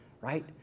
right